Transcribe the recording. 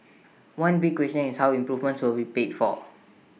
one big question is how improvements will be paid for